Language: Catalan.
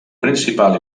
principal